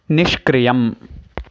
निष्क्रियम्